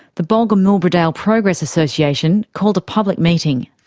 the bulga milbrodale progress association called a public meeting.